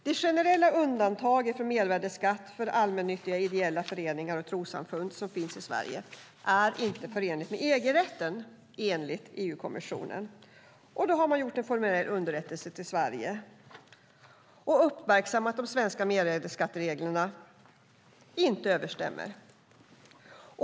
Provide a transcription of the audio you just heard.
Det generella undantaget från mervärdesskatt för allmännyttiga ideella föreningar och trossamfund som finns i Sverige är inte förenligt med EG-rätten, enligt EU-kommissionen. Man har gjort en formell underrättelse till Sverige och har uppmärksammat att de svenska mervärdesskattereglerna inte överensstämmer.